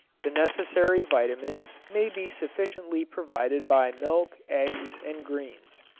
the necessary vitamines may be sufficiently provided by milk, eggs and greens.